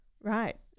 Right